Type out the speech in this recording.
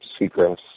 Seagrass